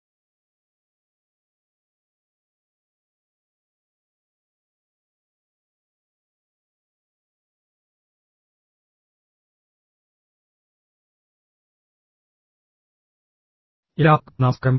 എല്ലാവർക്കും നമസ്കാരം